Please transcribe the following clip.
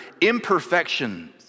imperfections